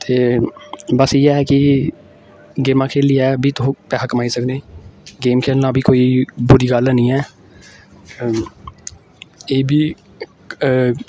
ते बस इयै ऐ कि गेमां खेलियै बी तुस पैसा कमाई सकने गेम खेलना बी कोई बुरी गल्ल निं ऐ एह् बी